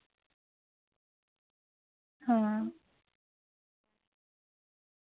हां